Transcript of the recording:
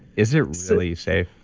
is it really safe?